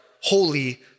holy